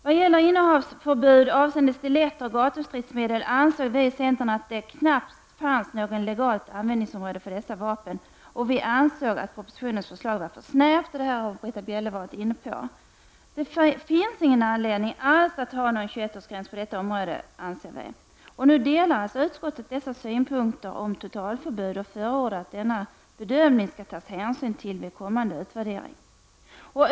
Vad gäller förbud mot innehav av stiletter och gatustridsmedel anser vi i centern att det knappast finns något legalt användningsområde för dessa vapen. Vi anser också att förslaget i propositionen är för snävt. Den frågan har också Britta Bjelle berört. Vi anser att det inte finns någon som helst anledning att ha en 21-årsgräns för innehav av sådana vapen. Utskottet delar vår uppfattning om totalförbud och förordar att hänsyn skall tas till den vid kommande utvärdering.